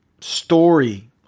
story